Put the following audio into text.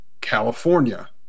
California